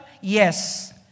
yes